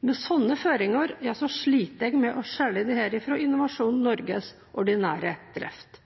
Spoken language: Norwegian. Med slike føringer sliter jeg med å skille dette fra Innovasjon Norges ordinære drift.